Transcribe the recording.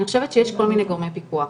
אני חושבת שיש כל מיני גורמי פיקוח.